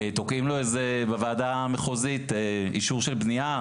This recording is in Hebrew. תוקעים לו בוועדה המחוזית אישור של בנייה.